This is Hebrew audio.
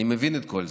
אני מבין את כל זה,